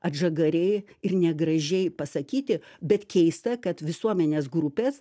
atžagariai ir negražiai pasakyti bet keista kad visuomenės grupės